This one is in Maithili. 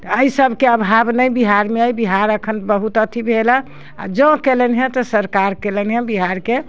तऽ एहि सभके अभाव नहि बिहारमे अइ बिहार एखन बहुत अथी भेल हँ आ जँ कयलनि हँ तऽ सरकार कयलनि हँ बिहारके